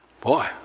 Boy